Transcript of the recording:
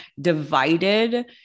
divided